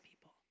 people